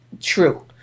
true